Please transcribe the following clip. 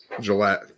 Gillette